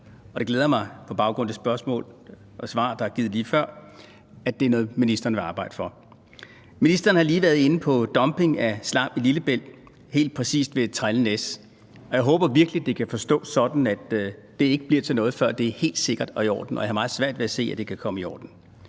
år. Det glæder mig på baggrund af det spørgsmål og svar, der er givet lige før, at det er noget, ministeren vil arbejde for. Ministeren har lige været inde på dumping af slam i Lillebælt, helt præcis ved Trelde Næs. Jeg håber virkelig, det kan forstås sådan, at det ikke bliver til noget, før det er helt sikkert og i orden, og jeg har meget svært ved at se, at det kan komme i orden.